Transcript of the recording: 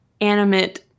animate